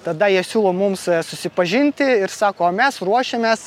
tada jie siūlo mums susipažinti ir sako o mes ruošiamės